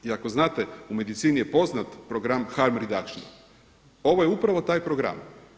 I ako znate u medicini je poznat program … ovo je upravo taj program.